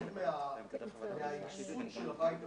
עוד מההקמה של הבית הפתוח,